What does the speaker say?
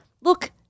look